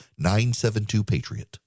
972-PATRIOT